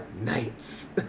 nights